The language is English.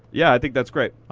yeah, i think that's great.